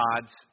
God's